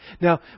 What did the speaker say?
Now